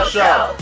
Show